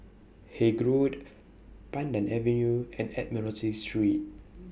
Haig Road Pandan Avenue and Admiralty Street